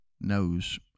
knows